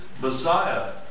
Messiah